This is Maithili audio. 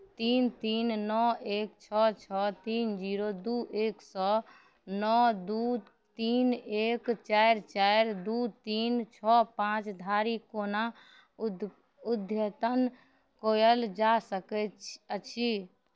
तीन तीन नओ एक छओ छओ तीन जीरो दुइ एकसँ नओ दुइ तीन एक चारि चारि दुइ तीन छओ पाँच धरि कोना उध्य अद्यतन कएल जा सकैत अछि